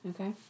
Okay